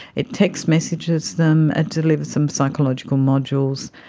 it text messages them and delivers them psychological modules,